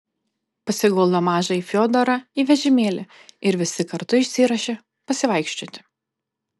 pasiguldo mažąjį fiodorą į vežimėlį ir visi kartu išsiruošia pasivaikščioti